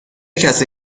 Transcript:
کسی